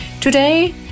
Today